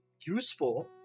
useful